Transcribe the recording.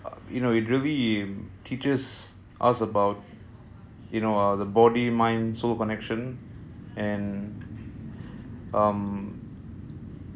you know it really teaches us about you know the body mind soul connection and